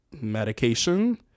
Medication